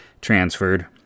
transferred